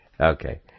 Okay